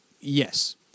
Yes